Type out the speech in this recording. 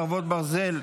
חרבות ברזל),